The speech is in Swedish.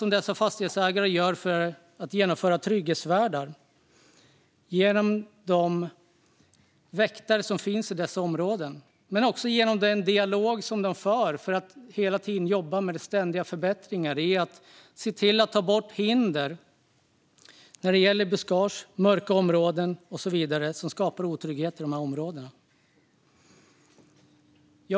Fastighetsägarna skapar också trygghet genom trygghetsvärdar och väktare och genom den dialog som ständigt förs för att göra förbättringar och ta bort hinder i form av buskage, mörka områden och annat som skapar otrygghet i dessa områden.